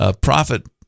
profit